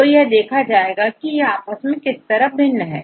तो यह देखा जाएगा कि यह आपस में किस तरह भिन्न है